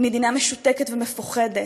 היא מדינה משותקת ומפוחדת.